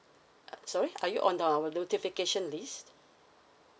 uh sorry are you on our notification list